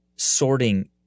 sorting